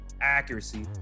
accuracy